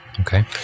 Okay